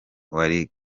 wari